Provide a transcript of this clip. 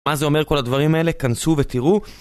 מה זה אומר כל הדברים האלה? כנסו ותראו.